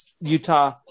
Utah